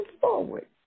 forward